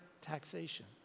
taxation